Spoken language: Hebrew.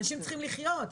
אנשים צריכים לחיות.